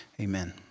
Amen